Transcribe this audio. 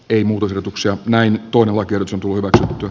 ei murretuksi on näin tuon alkeelliset luokat l